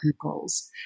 goals